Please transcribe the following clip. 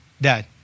dad